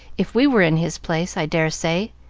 if we were in his place, i dare say.